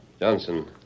Johnson